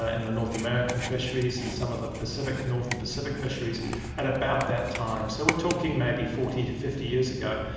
ah in the north american fisheries, and some of the pacific, northern pacific fisheries at about that time. so we're talking maybe forty to fifty years ago,